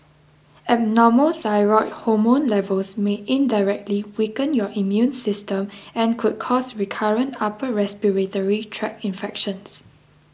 abnormal thyroid hormone levels may indirectly weaken your immune system and could cause recurrent upper respiratory tract infections